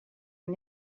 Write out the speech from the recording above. new